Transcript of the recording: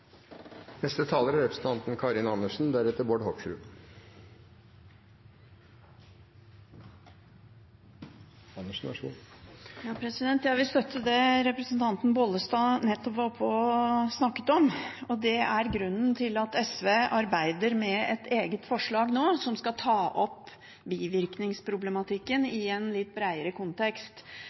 Jeg vil støtte det representanten Bollestad nettopp var her oppe og snakket om. Det er grunnen til at SV nå arbeider med et eget forslag som skal ta opp bivirkningsproblematikken i en litt bredere kontekst,